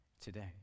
today